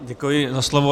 Děkuji za slovo.